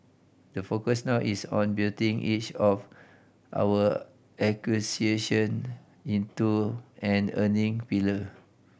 the focus now is on building each of our acquisition into an earning pillar